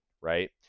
right